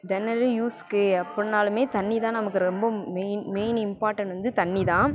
தெனலையும் யூஸ்க்கு அப்பிட்னாலுமே தண்ணி தான் நமக்கு ரொம்ப மெயின் மெயின் இம்பார்ட்டன்ட் வந்து தண்ணி தான்